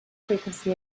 frequency